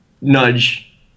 nudge